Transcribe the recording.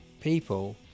people